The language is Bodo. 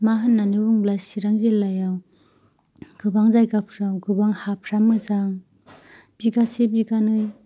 मा होननानै बुंब्ला चिरां जिल्लायाव गोबां जायगाफोराव गोबां हाफोरा मोजां बिगासे बिगानै